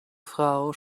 frau